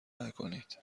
نکنید